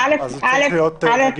אגב, אפרופו אוצר, אם תהיה בעיה עם